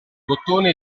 bottone